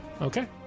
okay